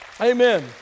Amen